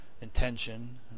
intention